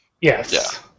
Yes